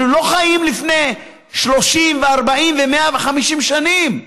אנחנו לא חיים לפני 30 ו-40 ו-150 שנים.